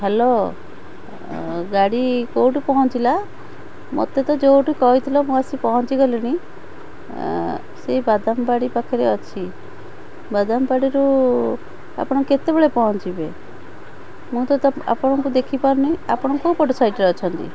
hello ଗାଡ଼ି କୋଉଠୁ ପହଞ୍ଚିଲା ମୋତେ ତ ଯୋଉଠୁ କହିଥିଲ ମୁଁ ଆସି ପହଞ୍ଚିଗଲିଣି ସେଇ ବାଦାମ ବାଡ଼ି ପାଖରେ ଅଛି ବାଦାମ ବାଡ଼ିରୁ ଆପଣ କେତେବେଳେ ପହଁଞ୍ଚିବେ ମୁଁ ତ ତ ଆପଣଙ୍କୁ ଦେଖିପାରୁନି ଆପଣ କୋଉପଟ ସାଇଟ୍ରେ ଅଛନ୍ତି